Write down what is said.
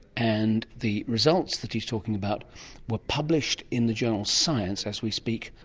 and the results that he's talking about were published in the journal science as we speak,